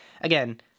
again